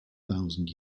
thousand